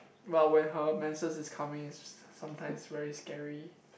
but when her menses is coming it's just sometimes very scary